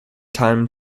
time